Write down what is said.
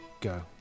go